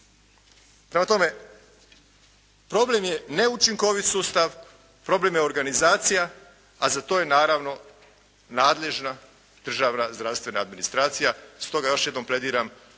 Prema tome problem je neučinkovit sustav, problem je organizacija a za to je naravno nadležna državna zdravstvena administracija, stoga još jednom plediram